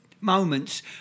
moments